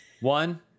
One